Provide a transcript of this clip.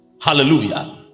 Hallelujah